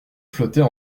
flottait